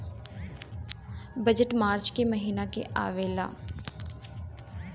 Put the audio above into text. budget March के महिना में आवेला